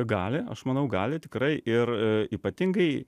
gali aš manau gali tikrai ir ypatingai